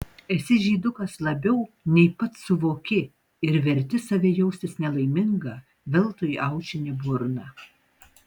esi žydukas labiau nei pats suvoki ir verti save jaustis nelaimingą veltui aušini burną